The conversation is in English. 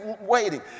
waiting